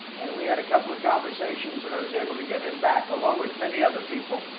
and we had a couple of conversations, and i was able to get him back. along with many other people,